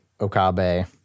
Okabe